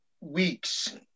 weeks